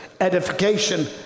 edification